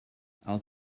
our